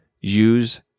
Use